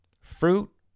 Fruit